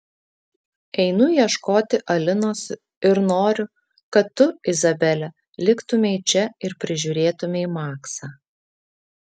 einu ieškoti alinos ir noriu kad tu izabele liktumei čia ir prižiūrėtumei maksą